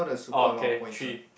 oh K three